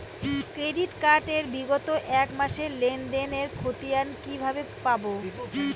Credit card এর বিগত এক মাসের লেনদেন এর ক্ষতিয়ান কি কিভাবে পাব?